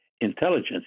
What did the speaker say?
intelligence